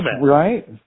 right